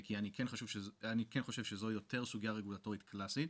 כי אני כן חושב שזה יותר סוגיה רגולטורית קלאסית.